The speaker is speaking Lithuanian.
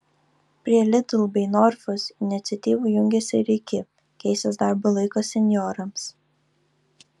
prie lidl bei norfos iniciatyvų jungiasi ir iki keisis darbo laikas senjorams